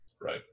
right